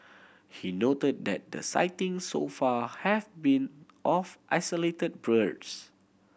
he noted that the sightings so far have been of isolated birds